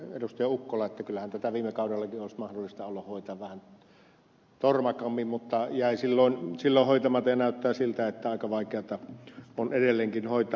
ukkola että kyllähän tätä viime kaudellakin olisi mahdollista ollut hoitaa vähän tormakammin mutta jäi silloin hoitamatta ja näyttää siltä että aika vaikeata on edelleenkin hoitaa